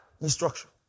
Instruction